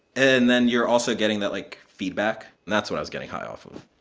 and then you're also getting that, like, feedback. that's what i was getting high off of.